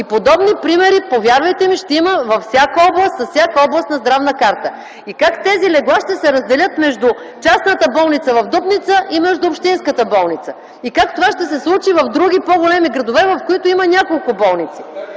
И подобни примери, повярвайте ми, ще има във всяка област с всяка областна здравна карта. И как тези легла ще се разделят между частната болница в Дупница и между общинската болница? И как това ще се случи в други по-големи градове, в които има няколко болници?